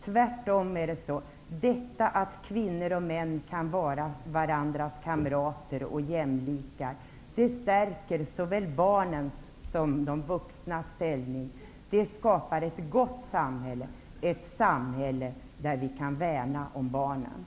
Tvärtom är det så, att det faktum att kvinnor och män kan vara kamrater och jämlikar stärker såväl barnens som de vuxnas ställning. Det skapar ett gott samhälle -- ett samhälle där barnen kan värnas.